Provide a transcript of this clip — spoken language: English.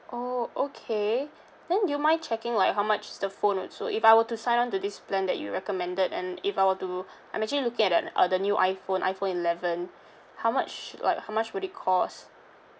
orh okay then do you mind checking like how much the phone also if I were to sign on to this plan that you recommended and if I were to I'm actually looking at the uh the new iphone iphone eleven how much like how much would it cost